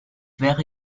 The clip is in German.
wäre